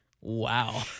Wow